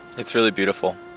it's really beautiful